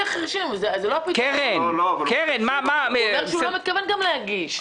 הוא אומר שהוא לא מתכוון להגיש,